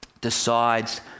decides